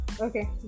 Okay